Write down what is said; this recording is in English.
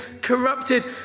corrupted